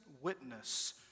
witness